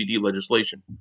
legislation